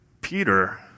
Peter